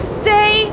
stay